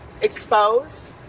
expose